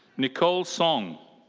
nicole song.